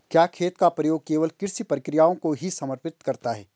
क्या खेत का प्रयोग केवल कृषि प्रक्रियाओं को ही समर्पित है?